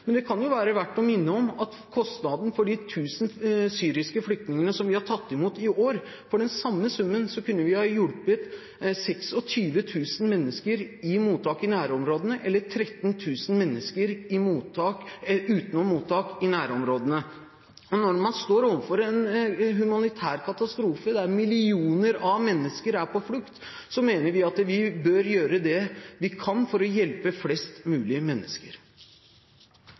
Men det kan jo være verdt å minne om kostnadene for de 1 000 syriske flyktningene som vi har tatt imot i år. For den samme summen kunne vi ha hjulpet 26 000 mennesker i mottak i nærområdene, eller 13 000 mennesker utenom mottak i nærområdene. Når man står overfor en humanitær katastrofe, der millioner av mennesker er på flukt, mener vi at vi bør gjøre det vi kan for å hjelpe flest mulig mennesker.